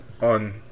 on